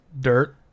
Dirt